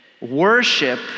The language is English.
Worship